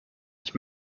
ich